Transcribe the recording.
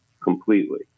completely